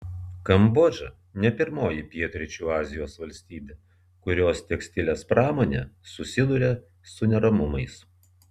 kambodža ne pirmoji pietryčių azijos valstybė kurios tekstilės pramonė susiduria su neramumais